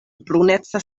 bruneca